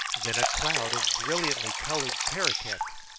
then a cloud of brilliantly-coloured parroquets,